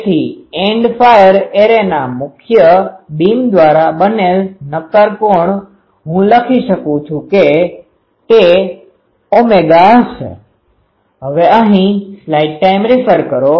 તેથી end fire એરેના મુખ્ય બીમ દ્વારા બનેલ નક્કર કોણ હું લખી શકું કે તે Ω હશે